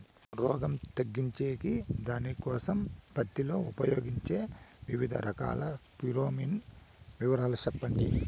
రోగం తగ్గించేకి దానికోసం పత్తి లో ఉపయోగించే వివిధ రకాల ఫిరోమిన్ వివరాలు సెప్పండి